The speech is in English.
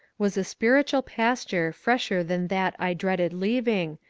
was a spiritual pasture fresher than that i dreaded leaving,